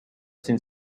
sin